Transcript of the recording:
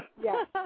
Yes